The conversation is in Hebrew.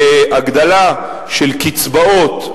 בהגדלה של קצבאות,